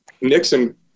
nixon